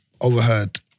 overheard